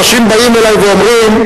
ואנשים באים אלי ואומרים: